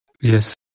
yes